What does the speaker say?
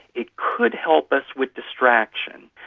it could help us with distraction.